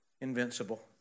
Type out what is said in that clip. invincible